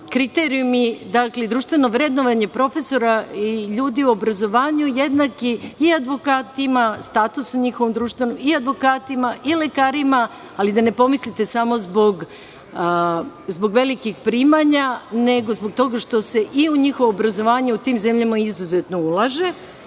kriterijumi, dakle društveno vrednovanje profesora i ljudi u obrazovanju, jednaki i advokatima, i lekarima, ali da ne pomislite samo zbog velikih primanja, nego zbog toga što se u njihovo obrazovanje u tim zemljama izuzetno ulaže. Drugo,